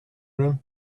room